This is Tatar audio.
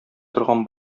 торган